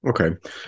okay